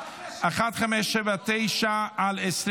פ/1579/25,